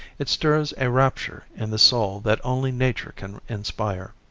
it stirs a rapture in the soul that only nature can inspire.